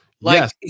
Yes